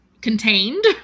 contained